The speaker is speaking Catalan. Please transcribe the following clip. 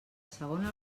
segona